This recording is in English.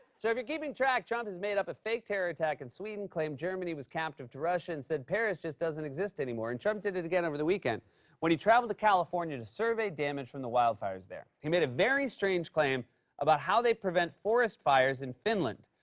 so if you're keeping track, trump he made up a fake terror attack in and sweden, claimed germany was captive to russia, and said paris just doesn't exist anymore. and trump did it again over the weekend when he traveled to california to survey damage from the wildfires there. he made a very strange claim about how they prevent forest fires in finland.